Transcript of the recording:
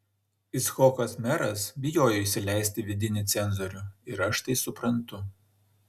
icchokas meras bijojo įsileisti vidinį cenzorių ir aš tai suprantu